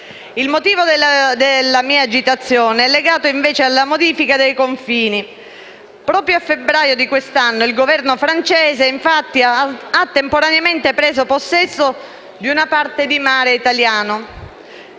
Il motivo della mia agitazione è legato invece alla modifica dei confini. Proprio a febbraio di quest'anno, il Governo francese, infatti, ha temporaneamente preso possesso di una parte di mare italiano,